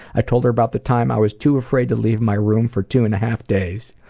i told her about the time i was too afraid to leave my room for two and a half days.